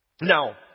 Now